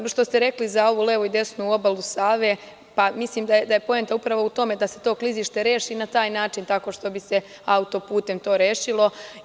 Ovo što ste rekli za levu i desnu obalu Save, pa mislim da je poenta upravo u tome da se to klizište reši na taj način tako što bi se autoputem to rešilo.